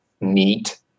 neat